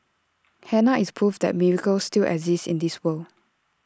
Hannah is proof that miracles still exist in this world